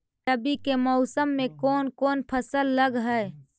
रवि के मौसम में कोन कोन फसल लग है?